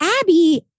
Abby